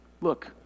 Look